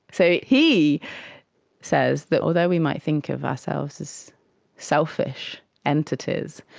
so he says that although we might think of ourselves as selfish entities,